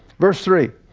verse three,